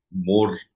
more